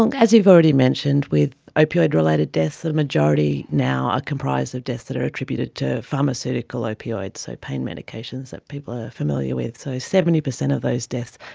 like as you've already mentioned, with opioid related deaths, the majority now are comprised of deaths that are attributed to pharmaceutical opioids, so pain medications that people are familiar with, so seventy percent of those deaths.